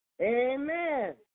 Amen